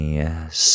yes